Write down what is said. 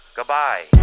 goodbye